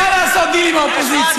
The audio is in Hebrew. אני מוכן לעשות דיל עם האופוזיציה.